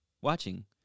watching